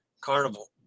Carnival